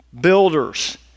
builders